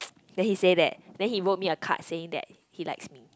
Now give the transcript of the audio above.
then he say that then he wrote me a card saying that he likes me